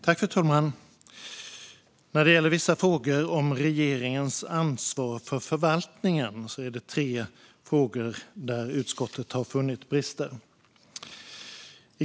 Fru talman! När det gäller Vissa frågor om regeringens ansvar för förvaltningen har utskottet funnit brister i tre frågor.